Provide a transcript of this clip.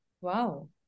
Wow